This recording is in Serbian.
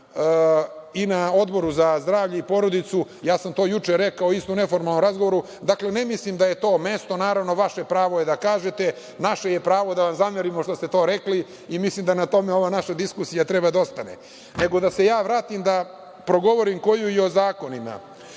na Odboru za zdravlje i porodicu, rekao sam u neformalnom razgovoru, dakle ne mislim da je to na mestu. Naravno, vaše pravo je da kažete, naše pravo je da zamerimo što ste to rekli i mislim da na tome ova naša diskusija treba da ostane. Da se vratim, da progovorim koju i o zakonima.